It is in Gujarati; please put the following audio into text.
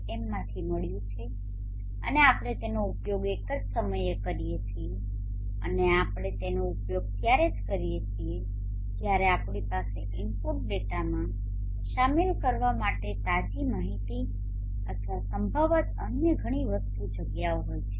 mમાંથી મેળવ્યું છે અને આપણે તેનો ઉપયોગ એક જ સમયે કરીએ છીએ અને આપણે તેનો ઉપયોગ ત્યારે જ કરીએ છીએ જયારે આપણી પાસે ઇનપુટ ડેટામાં શામેલ કરવા માટે તાજી માહિતી અથવા સંભવત અન્ય ઘણી વધુ જગ્યાઓ હોય છે